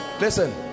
Listen